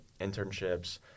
internships